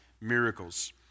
miracles